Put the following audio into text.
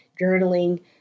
journaling